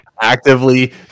actively